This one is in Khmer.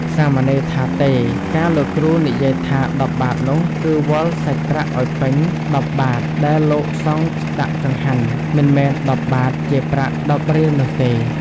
សាមណេរថា "ទេ! កាលលោកគ្រូនិយាយថា ១០ បាទនោះ គឺវាល់សាច់ប្រាក់ឲ្យពេញ ១០ បាត្រដែលលោកសង្ឃដាក់ចង្ហាន់ មិនមែន ១០ បាទ ជាប្រាក់ ១០ រៀលនោះទេ។